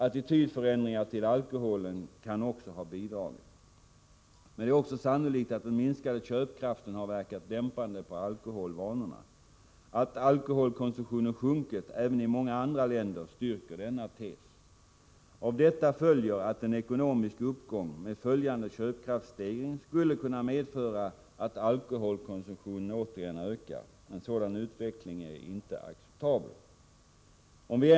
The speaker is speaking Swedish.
Attitydförändringar till alkoholen kan också ha bidragit. Men det är också sannolikt att den minskade köpkraften har verkat dämpande på alkoholvanorna. Att alkoholkonsumtionen sjunkit även i många andra länder styrker denna tes. Av detta följer att en ekonomisk uppgång med följande köpkraftsstegring skulle kunna medföra att alkoholkonsumtionen återigen ökar. En sådan utveckling är inte acceptabel.